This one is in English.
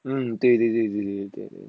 mmhmm 对对对对对对对